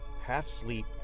half-sleep